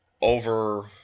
over